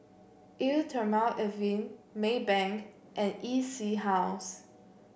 Eau Thermale Avene Maybank and E C House